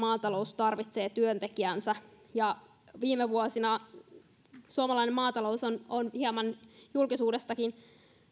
maatalous tarvitsee työntekijänsä ja viime vuosina suomalainen maatalous on on hieman julkisuudestakin